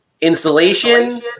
insulation